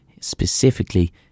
Specifically